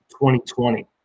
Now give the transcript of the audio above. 2020